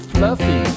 Fluffy